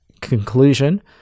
conclusion